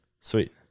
Sweet